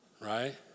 right